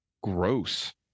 Gross